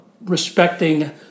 respecting